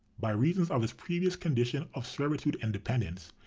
by reason of his previous condition of servitude and dependence,